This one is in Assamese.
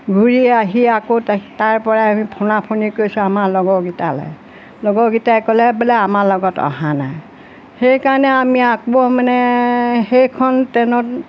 ঘূৰি আহি আকৌ তাৰপৰাই আমি ফোনা ফোনি কৰিছোঁ আমাৰ লগৰকেইটালে লগৰকেইটাই ক'লে বোলে আমাৰ লগত অহা নাই সেইকাৰণে আমি আকৌ মানে সেইখন ট্ৰেইনত